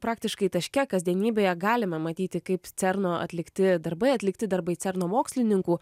praktiškai taške kasdienybėje galime matyti kaip cerno atlikti darbai atlikti darbai cerno mokslininkų